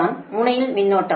8 முன்னணி காரணி மின்சாரம்